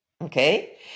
okay